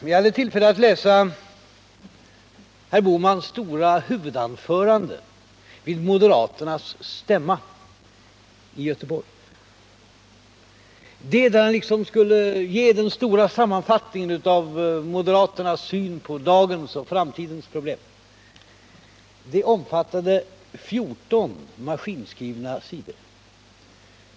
Jag hade tillfälle att läsa herr Bohmans stora huvudanförande vid moderaternas stämma i Göteborg, där han liksom skulle ge den stora sammanfattningen av moderaternas syn på dagens och framtidens problem. Texten omfattade 14 maskinskrivna sidor.